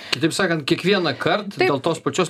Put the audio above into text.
kitaip sakant kiekvienąkart dėl tos pačios